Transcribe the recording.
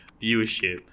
viewership